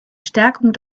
stärkung